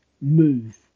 move